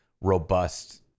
robust